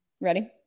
Ready